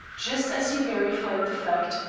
just as he verified the fact,